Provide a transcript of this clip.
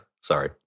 Sorry